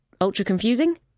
Ultra-confusing